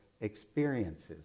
experiences